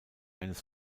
eines